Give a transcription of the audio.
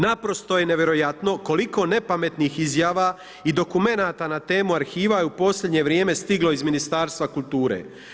Naprosto je nevjerojatno koliko ne pametnih izjavih i dokumenata na temu arhiva je u posljednje vrijeme stiglo iz Ministarstva kulture.